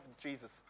Jesus